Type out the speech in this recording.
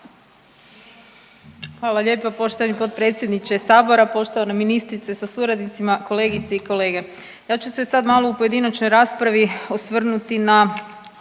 Hvala lijepa. Poštovani potpredsjedniče sabora, poštovana ministrice sa suradnicima, kolegice i kolege. Ja ću se sad malo u pojedinačnoj raspravi osvrnuti na